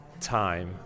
time